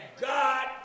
God